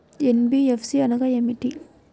NBFC అనగా ఏమిటీ?